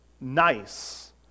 nice